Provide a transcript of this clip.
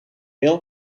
wil